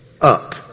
up